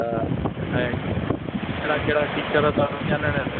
त ऐं कहिड़ा कहिड़ा टीचर त वञना आहिनि